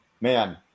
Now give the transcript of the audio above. man